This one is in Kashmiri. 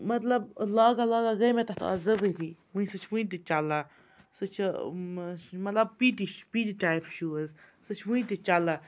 مطلب لاگان لاگان گٔے مےٚ تَتھ آز زٕ ؤری وٕنۍ سُہ چھِ وٕنۍ تہِ چَلان سُہ چھِ سُہ چھِ مطلب پی ٹِش پی ٹی ٹایپ شوٗز سُہ چھِ وٕنۍ تہِ چَلان